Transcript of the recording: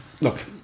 Look